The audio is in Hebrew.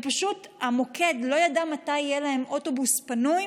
ופשוט המוקד לא ידע מתי יהיה להם אוטובוס פנוי.